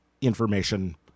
information